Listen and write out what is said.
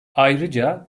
ayrıca